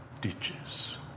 ditches